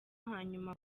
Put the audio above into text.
hanyuma